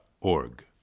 org